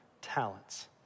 talents